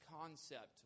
concept